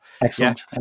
Excellent